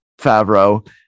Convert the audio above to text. favreau